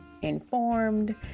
informed